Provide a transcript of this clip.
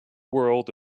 world